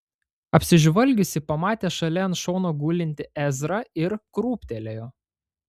apsižvalgiusi pamatė šalia ant šono gulintį ezrą ir krūptelėjo